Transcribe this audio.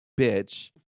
bitch